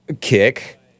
Kick